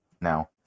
now